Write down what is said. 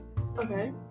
Okay